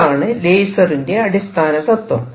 ഇതാണ് ലേസറിന്റെ അടിസ്ഥാന തത്വം